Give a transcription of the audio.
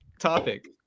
topic